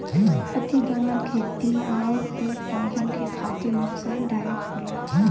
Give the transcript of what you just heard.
अतिदोहन खेती आउर पेड़ पौधन के खातिर नुकसानदायक होला